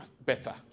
better